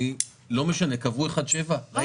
זה